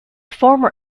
former